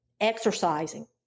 exercising